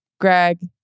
Greg